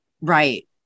Right